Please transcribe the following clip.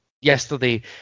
yesterday